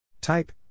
Type